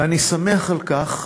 ואני שמח על כך,